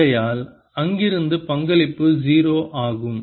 ஆகையால் அங்கிருந்து பங்களிப்பு 0 ஆகும்